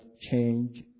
change